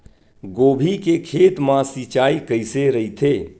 गोभी के खेत मा सिंचाई कइसे रहिथे?